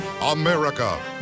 America